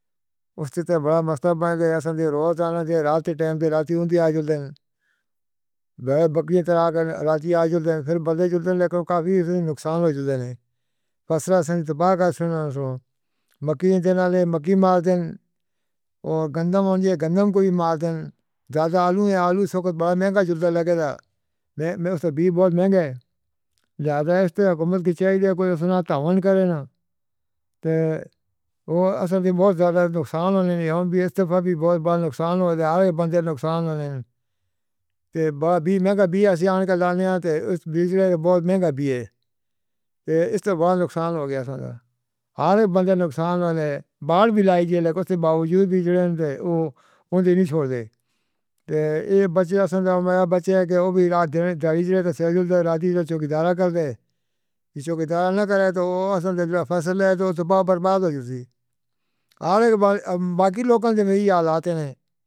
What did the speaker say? اسسی تو بڑا مسئلہ پایا جو ہے۔ روزانہ رات ٹائم پے راتی ہونے آ جاندے نیں۔ باقیاں دے لئی راتی آ جاندے نیں۔ پھر بدلے لے کے کافی نقصان ہُندے نیں۔ فصلاں تباہ کر دتیاں۔ مکئی لگان والے مکئی مار دے نیں تے گہیوں نوں وی مار دے نیں۔ زیادہ آلو۔ آلو بڑا مہنگا لگ رہیا ہے۔ اُسنوں وی بہت مہنگا زیادہ ہے۔ سرکار دی چاہیے کوئی سُنا الاٹ کرے ناں۔ تو اوہ اصل وچ بہت زیادہ نقصان ہو رہیا ہے۔ اس وخت وی بہت وڈا نقصان ہو رہیا ہے۔ ہر بندے دا نقصان ہون توں. باہر وی مہنگا گیا۔ سیاست لانے تے بی جے پی بہت مہنگا ہے۔ اِسدے توں وڈا نقصان ہو گیا سی۔ ہر بندے نقصان ہون توں سیلاب وی لیائی گئی۔ اُسدے باوجود وی اوہناں نے اوہناں نوں نئیں چھڈدے۔ تو ایہ بچہ بچہ دے دناں توں راتی رات چوکیداری کر دے نیں۔ چوکیداری کرن توں اصل وچ فصلاں برباد ہو جاندیاں نیں۔ الزام باقی لوکاں دے میری یاد آندے نیں۔